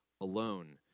alone